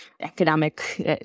economic